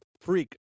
freak